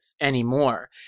anymore